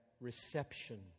reception